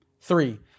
Three